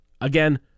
Again